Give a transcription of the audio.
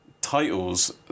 titles